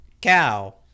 cow